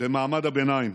במעמד הביניים.